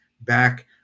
back